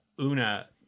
Una